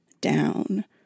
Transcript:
down